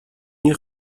nie